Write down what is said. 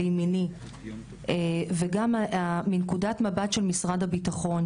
וגם מנקודת המבט של משרד הביטחון,